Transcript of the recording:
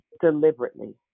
deliberately